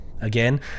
Again